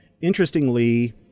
interestingly